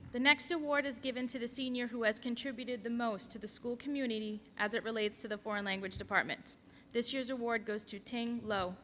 the next award is given to the senior who has contributed the most to the school community as it relates to the foreign language department this year's award goes to thank